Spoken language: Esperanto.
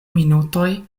minutoj